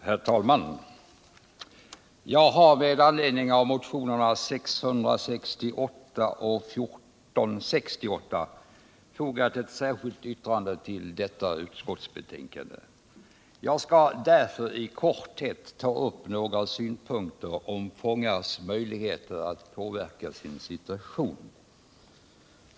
Herr talman! Jag har med anledning av motionerna 668 och 1468 fogat ett särskilt yttrande vid detta utskottsbetänkande. Jag skall därför i korthet ta upp några synpunkter på fångarnas möjligheter att påverka sin situation.